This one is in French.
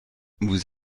vous